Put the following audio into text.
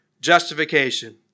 justification